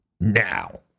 now